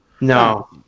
No